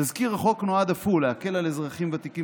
תזכיר החוק נועד אף הוא להקל על אזרחים ותיקים